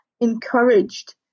encouraged